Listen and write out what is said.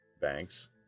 Banks